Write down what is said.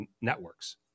networks